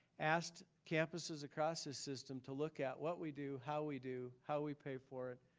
asked campuses across the system to look at what we do, how we do, how we pay for it,